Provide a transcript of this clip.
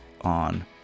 on